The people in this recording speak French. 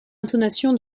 intonation